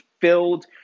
filled